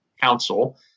Council